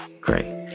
great